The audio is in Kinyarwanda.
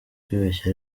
kwibeshya